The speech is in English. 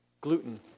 gluten